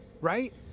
Right